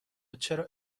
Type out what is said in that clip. چرا